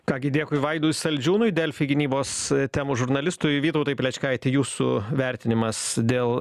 ką gi dėkui vaidui saldžiūnui delfi gynybos temų žurnalistui vytautai plečkaiti jūsų vertinimas dėl